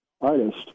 artist